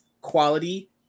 quality